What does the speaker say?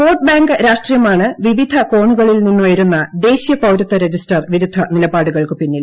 vote bank രാഷ്ട്രീയമാണ് ് വീപ്പിധ കോണുകളിൽ നിന്നുയരുന്ന ദേശീയ പൌരത്വ രജിസ്റ്റർ വിരുദ്ധ നിലപാടുകൾക്ക് പിന്നിൽ